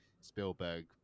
Spielberg